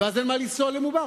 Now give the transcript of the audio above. ואז אין מה לנסוע למובארק,